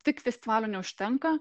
tik festivalio neužtenka